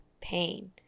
pain